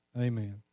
Amen